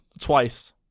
twice